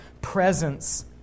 presence